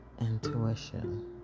intuition